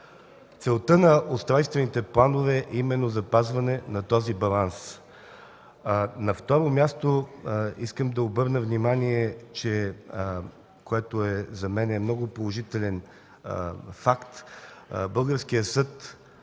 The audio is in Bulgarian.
Целта на устройствените планове е именно запазване на този баланс. На второ място, искам да обърна внимание, което за мен е много положителен факт, че българският съд